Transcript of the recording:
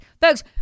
Folks